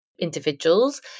individuals